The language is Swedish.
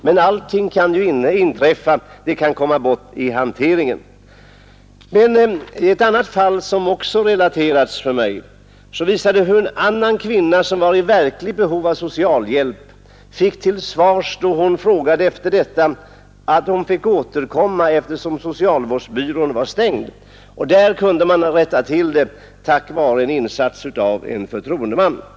Men allting kan inträffa, papper kan komma bort i hanteringen. Också ett annat fall har relaterats för mig. En kvinna, som var i verkligt behov av social hjälp och bad om sådan, fick till svar att hon måste återkomma, eftersom socialvårdsbyrån var stängd. I detta fall kunde saken rättas till tack vare en förtroendemans insats.